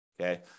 okay